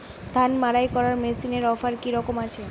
ধান মাড়াই করার মেশিনের অফার কী রকম আছে?